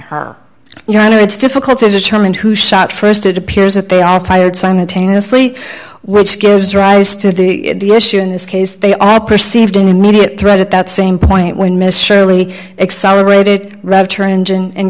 her you know i know it's difficult to determine who shot st it appears that they are fired simultaneously which gives rise to the issue in this case they are perceived an immediate threat at that same point when miss shirley accelerated